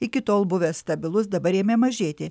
iki tol buvęs stabilus dabar ėmė mažėti